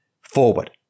forward